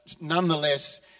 nonetheless